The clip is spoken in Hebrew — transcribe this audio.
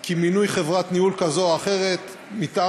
כי מינוי חברת ניהול כזו או אחרת מטעם